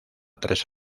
tres